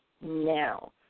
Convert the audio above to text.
now